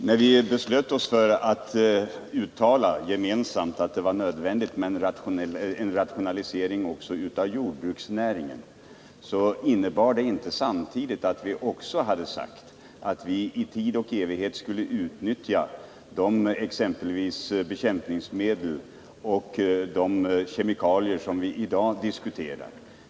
Herr talman! När vi gemensamt beslöt uttala att det var nödvändigt med en rationalisering också i jordbruksnäringen innebar det inte att vi samtidigt sade att vi för tid och evighet skulle utnyttja de kemiska bekämpningsmedel som vi i dag diskuterar.